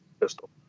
pistol